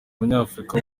umunyafurika